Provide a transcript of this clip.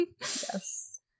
Yes